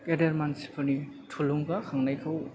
गेदेर मानसिफोरनि थुलुंगा खांनायखौ